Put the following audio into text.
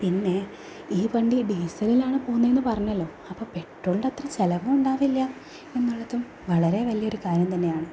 പിന്നെ ഈ വണ്ടി ഡീസലിനാണ് പോകുന്നതെന്ന് പറഞ്ഞല്ലോ അപ്പം പെട്രോളിൻ്റത്ര ചിലവും ഉണ്ടാകില്ല എന്നുള്ളതും വളരെ വലിയൊരു കാര്യം തന്നെയാണ്